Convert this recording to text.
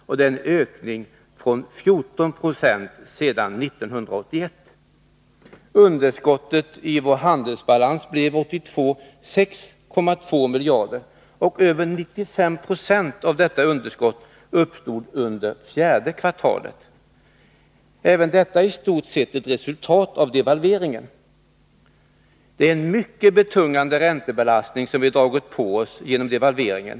Motsvarande siffra för 1981 var 14 20. Underskottet i vår handelsbalans var 6,2 miljarder år 1982. Över 95 90 av detta underskott uppstod under fjärde kvartalet det året. Även detta är i stort sett ett resultat av devalveringen. Det är en mycket betungande räntebelastning som vi har dragit på oss genom devalveringen.